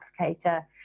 applicator